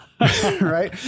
Right